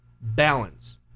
balance